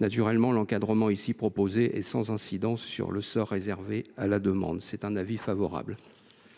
Naturellement, l’encadrement ici proposé est sans incidence sur le sort réservé à la demande. C’est la raison